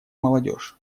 молодежь